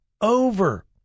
over